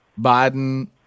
Biden